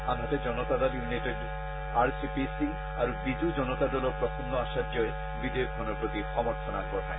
আনহাতে জনতা দল ইউনাইটেডৰ R C P Singh আৰু বিজু জনতা দলৰ প্ৰসন্ন আচাৰ্যই বিধেয়কখনৰ প্ৰতি সমৰ্থন আগবঢ়ায়